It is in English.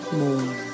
more